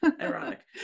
Ironic